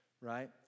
Right